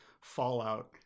fallout